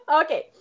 Okay